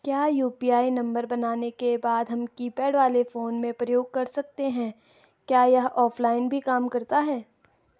क्या UPI number बनाने के बाद हम कीपैड वाले फोन में प्रयोग कर सकते हैं क्या यह ऑफ़लाइन भी काम करता है?